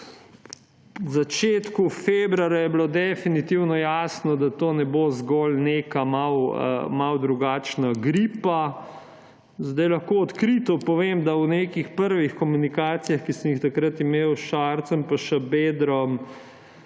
V začetku februarja je bila definitivno jasno, da to ne bo zgolj neka malo drugačna gripa. Zdaj lahko odkrito povem, da v nekih prvih komunikacijah, ki sem jih takrat imel s Šarcem pa Šabedrom,